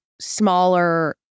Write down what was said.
smaller